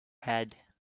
head